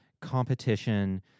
competition